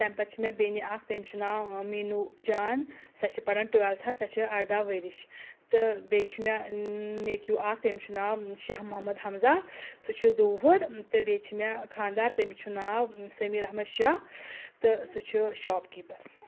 تہٕ تَمہِ پَتہٕ چھِ مےٚ بیٚنہِ اکھ تٔمِس چھُ ناو میٖنوٗ جان سۄ چھِ پران ٹُویلتھس سۄ چھِ اردہ ؤرش تہٕ بیٚیہِ چھُ مےٚ نیچوٗ اکھ تٔمِس چھُ ناو شاہ محمد ہمزا سُہ چھُ دُوُہُر تہٕ بیٚیہِ چھِ مےٚ خاندار تٔمِس چھُ ناو سمیٖر احمد شاہ تہٕ سُہ چھُ شاپ کیٖپر